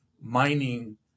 mining